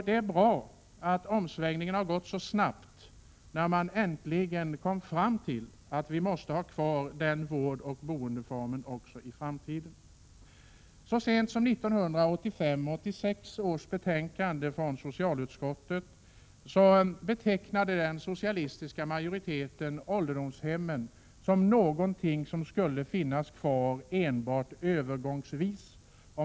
Det är bra att omsvängningen har gått så snabbt, sedan man äntligen kommit fram till att vi måste ha kvar denna vårdoch boendeform också i framtiden. Så sent som i 1985/86 års betänkande från socialutskottet betecknade den socialistiska majoriteten ålderdomshemmen som någonting som skulle finnas kvar enbart övergångsvis.